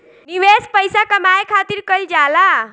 निवेश पइसा कमाए खातिर कइल जाला